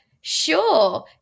sure